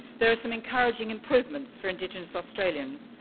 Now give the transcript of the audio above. there are some encouraging improvements for indigenous australians,